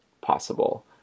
possible